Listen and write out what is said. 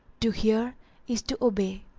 to hear is to obey!